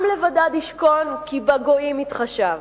עם לבדד ישכון, כי בגויים יתחשב.